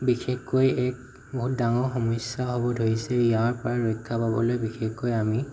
বিশেষকৈ এক বহুত ডাঙৰ সমস্যা হ'ব ধৰিছে ইয়াৰ পৰা ৰক্ষা পাবলৈ বিশেষকৈ আমি